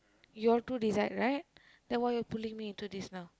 you all two decide right then why you all two link me into this now